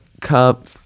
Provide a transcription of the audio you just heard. cup